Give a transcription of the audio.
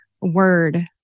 word